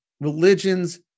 religions